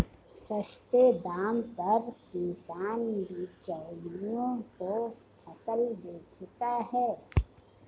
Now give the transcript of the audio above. सस्ते दाम पर किसान बिचौलियों को फसल बेचता है